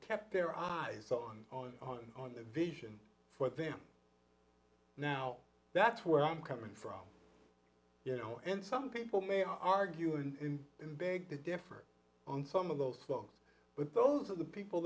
kept their eyes on on on the vision for them now that's where i'm coming from you know and some people may argue and beg to differ on some of those folks but those are the people